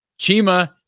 Chima